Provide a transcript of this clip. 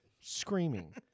Screaming